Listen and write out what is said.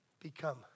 become